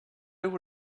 would